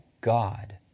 God